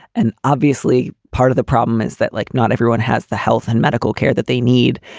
and obviously part of the problem is that like not everyone has the health and medical care that they need.